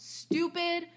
stupid